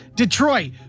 Detroit